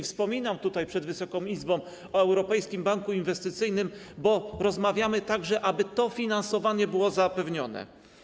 Wspominam przed Wysoką Izbą o Europejskim Banku Inwestycyjnym, bo rozmawiamy, aby to finansowanie było zapewnione.